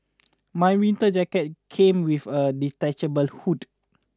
my winter jacket came with a detachable hood